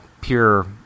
pure